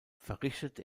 verrichtet